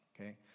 okay